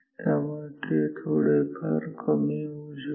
त्यामुळे ते थोडे फार कमी होऊ शकते